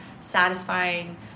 satisfying